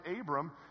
Abram